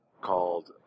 Called